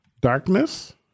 Darkness